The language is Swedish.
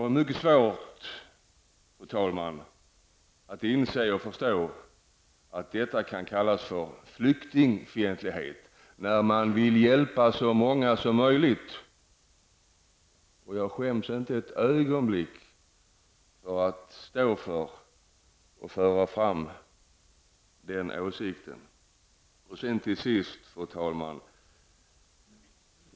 Jag har mycket svårt, fru talman, att inse och förstå att det kan kallas för flyktingfientlighet när man vill hjälpa så många som möjligt. Jag skäms inte ett ögonblick att stå för och föra fram den åsikten. Fru talman!